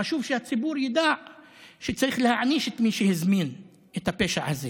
חשוב שהציבור ידע שצריך להעניש את מי שהזמין את הפשע הזה